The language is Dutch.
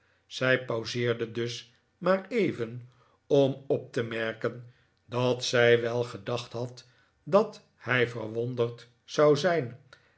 zij pauzeerde dus maar even om op te merken dat zij wel gedacht had dat hij verwonderd zou zijn